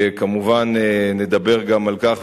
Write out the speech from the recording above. וכמובן נדבר גם על כך,